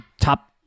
top